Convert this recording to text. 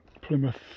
Plymouth